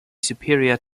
superior